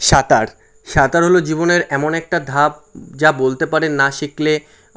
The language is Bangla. সাঁতার সাঁতার হলো জীবনের এমন একটা ধাপ যা বলতে পারেন না শিখলে